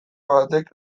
batek